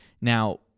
Now